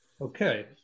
Okay